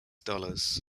dollars